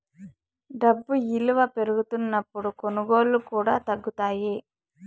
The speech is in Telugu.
డబ్బు ఇలువ పెరుగుతున్నప్పుడు కొనుగోళ్ళు కూడా తగ్గుతాయి